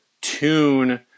tune